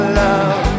love